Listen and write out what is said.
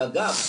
ואגב,